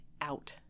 out